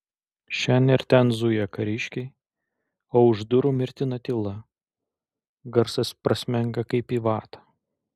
šen ir ten zuja kariškiai o už durų mirtina tyla garsas prasmenga kaip į vatą